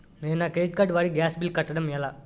నేను నా credit card వాడి గ్యాస్ బిల్లు కట్టడం ఎలా?